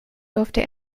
durfte